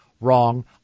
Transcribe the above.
wrong